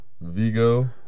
Vigo